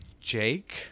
Jake